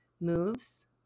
moves